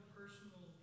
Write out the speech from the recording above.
personal